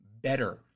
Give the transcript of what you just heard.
better